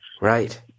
Right